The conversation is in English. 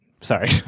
Sorry